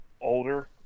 older